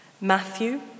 Matthew